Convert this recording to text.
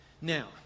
now